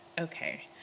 Okay